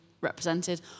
represented